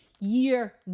year